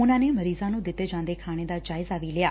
ਉਨ੍ਪਾਂ ਨੇ ਮਰੀਜ਼ਾਂ ਨੂੰ ਦਿੱਤੇ ਜਾਂਦੇ ਖਾਣੇ ਦਾ ਜਾਇਜ਼ਾ ਵੀ ਲਿਆ